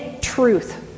truth